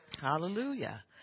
Hallelujah